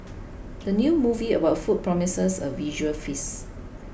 the new movie about food promises a visual feast